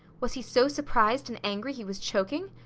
was he so surprised and angry he was choking?